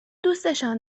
دوستشان